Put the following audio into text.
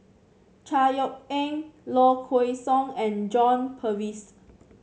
Chor Yeok Eng Low Kway Song and John Purvis